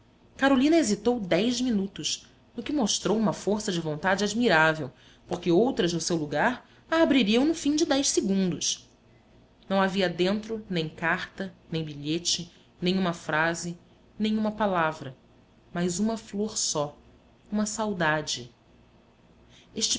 carolina hesitou dez minutos no que mostrou uma força de vontade admirável porque outras no seu lugar a abririam no fim de dez segundos não havia dentro nem carta nem bilhete nem uma frase nem uma palavra mas uma flor só uma saudade